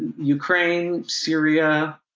ukraine, syria,